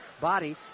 body